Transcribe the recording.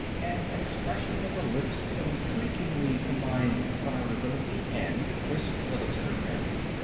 and an expression of the lips that intriguingly combined desirability and crisp military bearing.